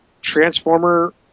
transformer